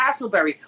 Castleberry